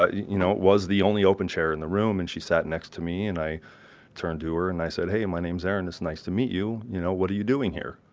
ah you know, it was the only open chair in the room, and she sat next to me, and i turned to her and i said hey, my name's erin, it's nice to meet you. you know, what are you doing here?